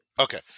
Okay